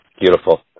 Beautiful